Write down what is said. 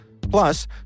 Plus